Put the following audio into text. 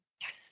Yes